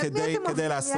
על מי אתם עובדים?